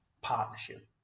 partnership